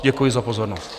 Děkuji za pozornost.